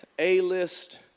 A-list